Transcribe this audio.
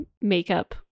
makeup